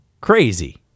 crazy